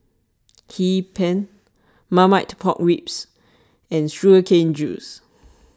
Hee Pan Marmite Pork Ribs and Sugar Cane Juice